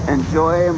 Enjoy